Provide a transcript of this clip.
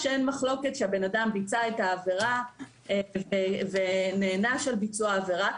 כשאין מחלוקת שהאדם ביצע את העבירה ונענש על ביצוע העבירה.